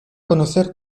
conocer